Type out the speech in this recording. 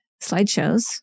slideshows